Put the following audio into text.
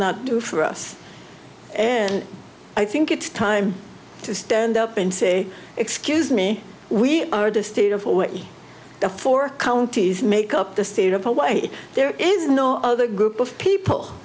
not do for us and i think it's time to stand up and say excuse me we are the state of the four counties make up the state of hawaii there is no other group of people